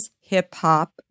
hip-hop